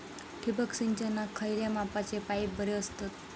ठिबक सिंचनाक खयल्या मापाचे पाईप बरे असतत?